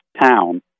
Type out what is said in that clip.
town